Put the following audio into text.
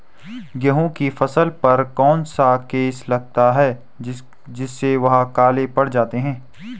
गेहूँ की फसल पर कौन सा केस लगता है जिससे वह काले पड़ जाते हैं?